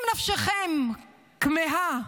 אם נפשכם כמהה